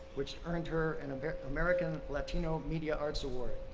which earned her and an american latino media arts award.